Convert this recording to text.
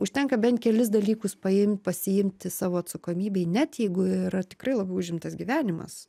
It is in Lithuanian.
užtenka bent kelis dalykus paimt pasiimti savo atsakomybei net jeigu yra tikrai labai užimtas gyvenimas